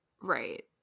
right